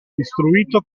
istruito